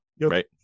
right